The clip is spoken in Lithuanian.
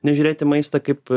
nežiūrėt į maistą kaip